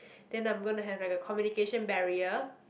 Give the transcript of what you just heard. then I'm going to have like a communication barrier